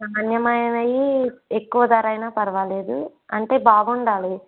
నాణ్యమైనవి ఎక్కువ ధర అయినా పర్వాలేదు అంటే బాగుండాలి